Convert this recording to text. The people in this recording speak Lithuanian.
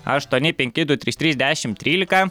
aštuoni penki du trys trys dešim trylika